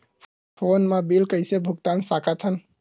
Phone मा bill कइसे भुक्तान साकत हन?